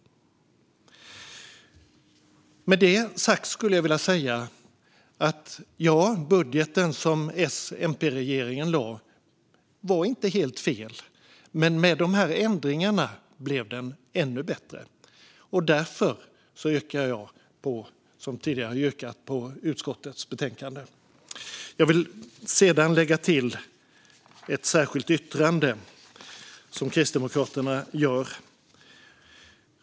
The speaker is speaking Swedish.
Med detta sagt var budgeten som S-MP-regeringen lade fram inte helt fel, men med dessa ändringar blev den ännu bättre. Därför yrkar jag bifall till förslaget i utskottets betänkande. Jag vill sedan ta upp det särskilda yttrande som Kristdemokraterna har i betänkandet.